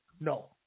No